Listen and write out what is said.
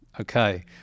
Okay